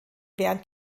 während